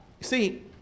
see